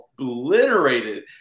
obliterated